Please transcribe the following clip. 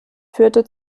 führte